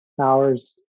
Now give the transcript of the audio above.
hours